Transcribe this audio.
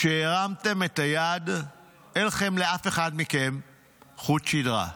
כשהרמתם את היד, אין לאף אחד מכם חוט שדרה.